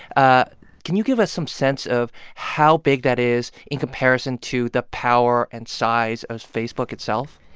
ah can you give us some sense of how big that is in comparison to the power and size of facebook itself?